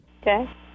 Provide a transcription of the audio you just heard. Okay